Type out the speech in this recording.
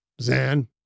Zan